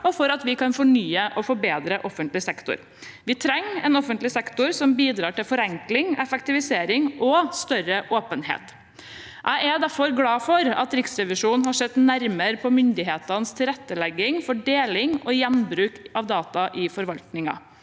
og fornye og forbedre offentlig sektor. Vi trenger en offentlig sektor som bidrar til forenkling, effektivisering og større åpenhet. Jeg er derfor glad for at Riksrevisjonen har sett nærmere på myndighetenes tilrettelegging for deling og gjenbruk av data i forvaltningen.